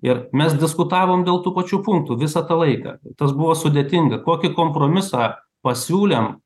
ir mes diskutavom dėl tų pačių punktų visą tą laiką tas buvo sudėtinga kokį kompromisą pasiūlėm